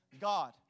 God